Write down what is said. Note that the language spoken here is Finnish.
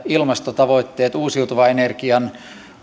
ilmastotavoitteet uusiutuvan energian